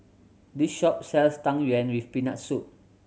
this shop sells Tang Yuen with Peanut Soup